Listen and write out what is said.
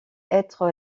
être